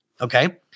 Okay